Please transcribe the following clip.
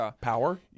power